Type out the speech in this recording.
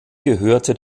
gehörte